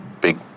big